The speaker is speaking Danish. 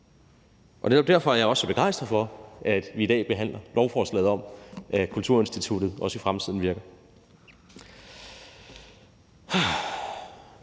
derfor er jeg også så begejstret for, at vi i dag behandler lovforslaget om, at kulturinstituttet også i fremtiden virker.